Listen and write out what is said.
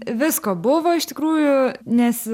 visko buvo iš tikrųjų nes